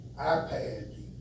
iPad